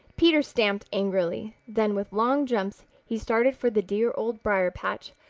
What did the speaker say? peter stamped angrily. then with long jumps he started for the dear old briar-patch,